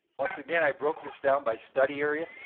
once again, i broke this down by study area,